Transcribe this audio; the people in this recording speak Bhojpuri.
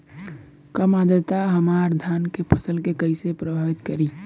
कम आद्रता हमार धान के फसल के कइसे प्रभावित करी?